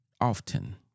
often